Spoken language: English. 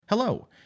Hello